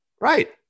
right